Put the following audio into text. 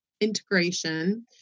Integration